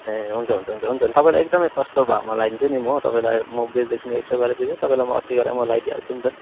ए हुन्छ हुन्छ हुन्छ हुन्छ अनि तपाईँलाई एकदमै सस्तो भाउमा लाइदिन्छु नि म तपाईँलाई म बेच्दैछु एक सय गरेर बेच्दैछु तपाईँलाई म असी गरेर म लाइदिइ हाल्छु नि त